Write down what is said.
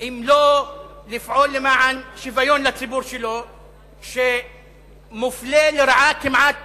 אם לא לפעול למען שוויון לציבור שלו שמופלה לרעה כמעט